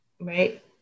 right